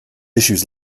issues